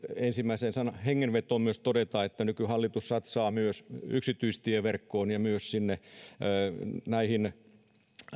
ensimmäiseen hengenvetoon myös todeta että nykyhallitus satsaa myös yksityistieverkkoon ja myös näihin